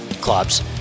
clubs